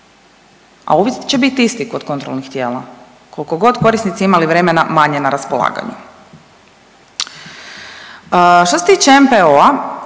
a uvijek će biti isti kod kontrolnih tijela, koliko god korisnicima imali vremena manje na raspolaganju. Što se tiče NPOO-a,